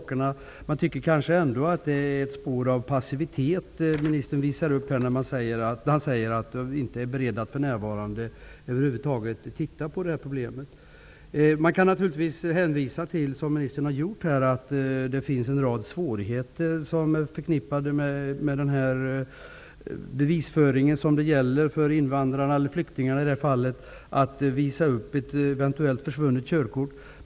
Men jag tycker ändå att ministern visar spår av passivitet när han säger att man för närvarande inte är beredd att över huvud taget titta på problemet. Precis som ministern har gjort kan man naturligtvis hänvisa till att det är en rad svårigheter förknippade med bevisföringen för invandrare och flyktingar när det gäller att visa upp ett försvunnet körkort.